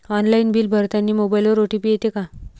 Online bill भरतानी मोबाईलवर OTP येते का?